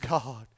God